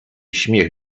śmiech